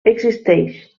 existeix